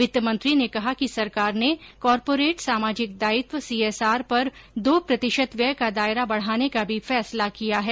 वित्तमंत्री ने कहा कि सरकार ने कॉरपोरेट सामाजिक दायित्व सीएसआर पर दो प्रतिशत व्यय का दायरा बढ़ाने का भी फैसला किया है